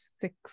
six